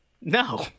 no